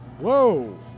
Whoa